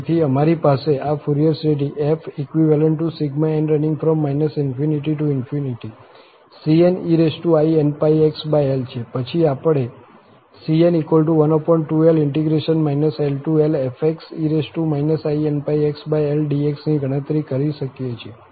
તેથી અમારી પાસે આ ફુરિયર શ્રેઢી f∑n ∞ cneinπxl છે પછી આપણે cn12l∫ ll fe inn⁡xldx ની ગણતરી કરી શકીએ છીએ